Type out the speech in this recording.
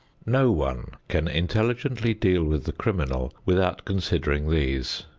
no one can intelligently deal with the criminal without considering these.